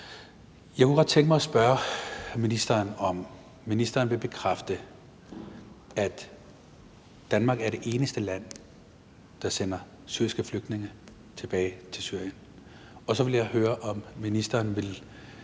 Jeg kunne godt tænke mig at spørge ministeren, om ministeren vil bekræfte, at Danmark er det eneste land, der sender syriske flygtninge tilbage til Syrien. Og så vil jeg høre, om ministeren vil